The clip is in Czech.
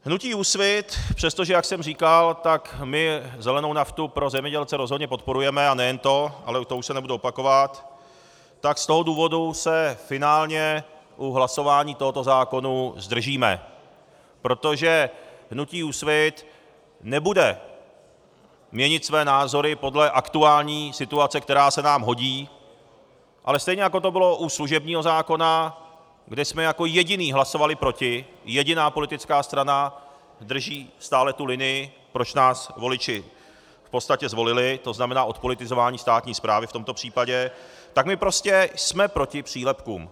Hnutí Úsvit, přestože, jak jsem říkal, my zelenou naftu pro zemědělce rozhodně podporujeme, ale nejen to, ale to už se nebudu opakovat, tak z toho důvodu se finálně u hlasování o tomto zákonu zdržíme, protože hnutí Úsvit nebude měnit své názory podle aktuální situace, která se nám hodí, ale stejně jako to bylo u služebního zákona, kde jsme jako jediní hlasovali proti, jediná politická strana drží stále tu linii, proč nás voliči v podstatě zvolili, to znamená odpolitizování státní správy v tomto případě, tak my prostě jsme proti přílepkům.